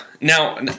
Now